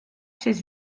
chez